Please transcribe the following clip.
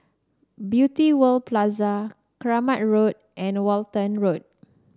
Beauty World Plaza Kramat Road and Walton Road